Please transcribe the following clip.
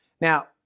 Now